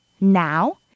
Now